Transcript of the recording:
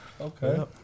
Okay